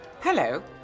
Hello